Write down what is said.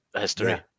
history